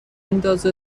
ندازه